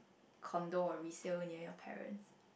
condo or resale near your parents